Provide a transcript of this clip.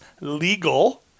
legal